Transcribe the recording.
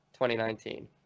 2019